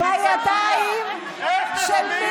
תתביישי לך.